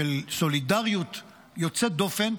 של סולידריות יוצאת דופן,